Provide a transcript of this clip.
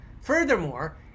Furthermore